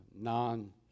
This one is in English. non